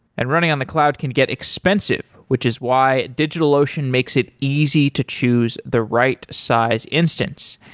and running on the cloud can get expensive, which is why digitalocean makes it easy to choose the right size instance.